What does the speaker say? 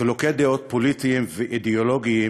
חילוקי דעות פוליטיים ואידיאולוגיים,